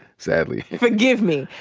sadly. forgive me.